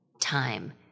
time